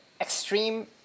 extreme